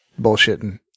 bullshitting